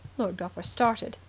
lord belpher started.